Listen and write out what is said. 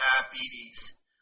diabetes